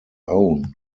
own